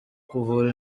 kuvura